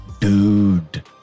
dude